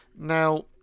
Now